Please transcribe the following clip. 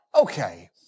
Okay